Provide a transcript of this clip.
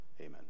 Amen